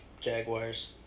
Jaguars